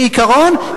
בעיקרון,